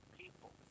people